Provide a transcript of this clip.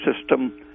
system